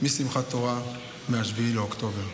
משמחת תורה, מ-7 באוקטובר.